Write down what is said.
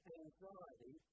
anxiety